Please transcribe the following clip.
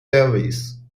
service